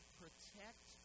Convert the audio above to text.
protect